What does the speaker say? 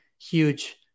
huge